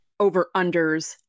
over-unders